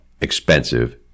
expensive